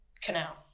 canal